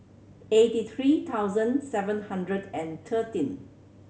eighty three thousand seven hundred and thirteen